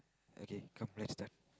okay come let's start